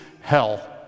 hell